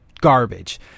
garbage